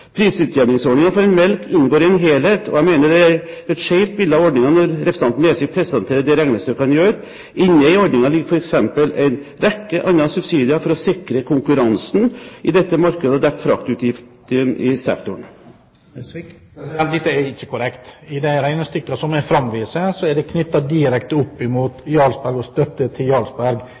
for melk inngår i en helhet, og jeg mener det gir et skjevt bilde av ordningen når representanten Nesvik presenterer det regnestykket han gjør. Inne i ordningen ligger det f.eks. en rekke andre subsidier for å sikre konkurransen i dette markedet og dekke fraktutgiftene i sektoren. Dette er ikke korrekt. De regnestykkene som jeg framviser, er knyttet direkte opp mot Jarlsbergost og støtte til